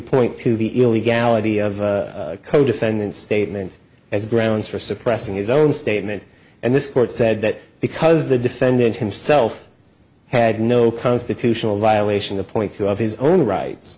point to the illegality of codefendant statement as grounds for suppressing his own statement and this court said that because the defendant himself had no constitutional violation the point to have his own rights